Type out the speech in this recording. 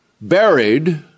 buried